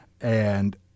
And-